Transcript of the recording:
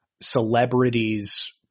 celebrities